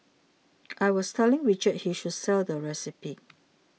I was telling Richard he should sell the recipe